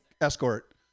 escort